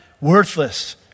worthless